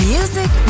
Music